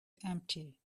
empty